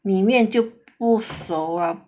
里面就不熟了